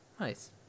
nice